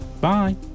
Bye